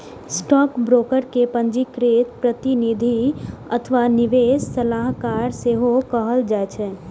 stockbroker कें पंजीकृत प्रतिनिधि अथवा निवेश सलाहकार सेहो कहल जाइ छै